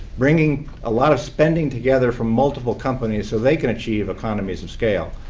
bringing a lot of spending together from multiple companies so they can achieve economies of scale.